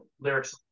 lyrics